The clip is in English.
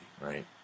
right